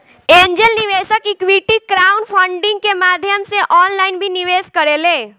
angel निवेशक equity crowdfunding के माध्यम से ऑनलाइन भी निवेश करेले